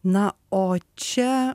na o čia